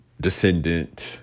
descendant